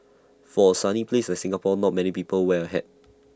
for A sunny place like Singapore not many people wear A hat